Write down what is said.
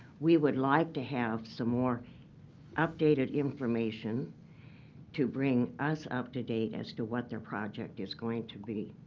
we would like to have some more updated information to bring us up to date as to what their project is going to be.